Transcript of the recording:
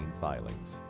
filings